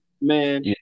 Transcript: Man